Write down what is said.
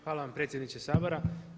Hvala vam predsjedniče Sabora.